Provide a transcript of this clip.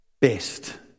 Best